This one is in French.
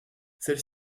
celle